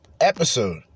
episode